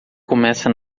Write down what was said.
começa